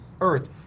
earth